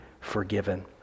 forgiven